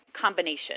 combination